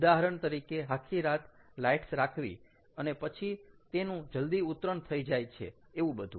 ઉદાહરણ તરીકે આખી રાત લાઈટ્સ રાખવી અને પછી તેનું જલ્દી ઉતરણ થઈ જાય છે એવું બધું